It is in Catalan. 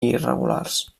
irregulars